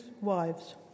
wives